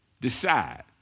decide